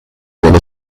dello